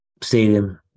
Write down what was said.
stadium